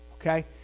Okay